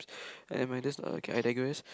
and minus the K I digress